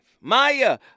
Maya